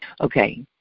Okay